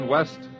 West